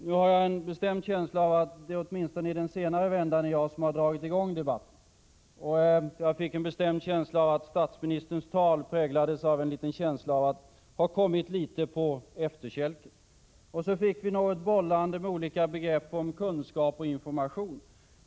Jag har en bestämd känsla av att det åtminstone i den senare vändan är jag som har dragit i gång debatten. Jag fick också ett bestämt intryck av att statsministerns tal präglades av att han kommit litet på efterkälken på detta område. Han bollade med begreppen kunskap och information.